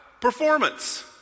Performance